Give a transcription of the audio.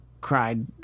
cried